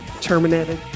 terminated